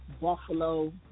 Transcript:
Buffalo